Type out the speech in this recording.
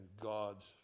God's